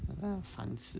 烦死